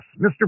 Mr